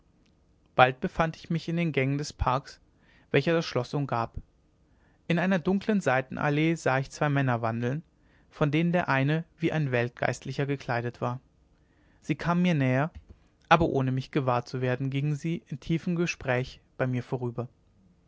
bald befand ich mich in den gängen des parkes welcher das schloß umgab in einer dunklen seitenallee sah ich zwei männer wandeln von denen der eine wie ein weltgeistlicher gekleidet war sie kamen mir näher aber ohne mich gewahr zu werden gingen sie in tiefem gespräch bei mir vorüber